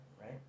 right